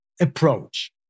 approach